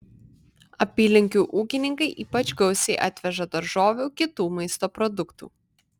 apylinkių ūkininkai ypač gausiai atveža daržovių kitų maisto produktų